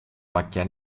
macchia